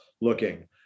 looking